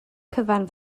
cyfan